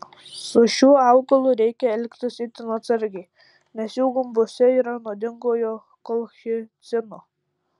su šiuo augalu reikia elgtis itin atsargiai nes jų gumbuose yra nuodingojo kolchicino